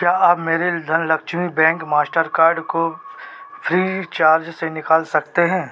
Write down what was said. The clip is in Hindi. क्या आप मेरे धनलक्ष्मी बैंक मास्टर कार्ड को फ़्रीचार्ज से निकाल सकते हो